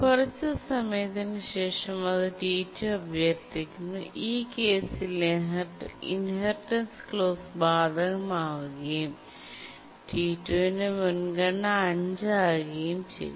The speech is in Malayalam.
കുറച്ച് സമയത്തിന് ശേഷം അത് T2 അഭ്യർത്ഥിക്കുന്നു ഈ കേസിൽ ഇൻഹെറിറ്റൻസ് ക്ലോസ് ബാധകമാവുകയും T2 ന്റെ മുൻഗണന 5 ആകുകയും ചെയ്യും